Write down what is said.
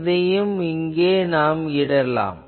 இதையும் இங்கே இடலாம்